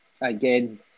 again